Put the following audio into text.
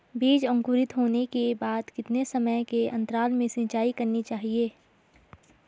बीज अंकुरित होने के बाद कितने समय के अंतराल में सिंचाई करनी चाहिए?